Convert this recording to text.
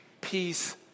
peace